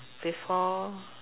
before